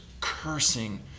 cursing